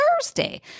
Thursday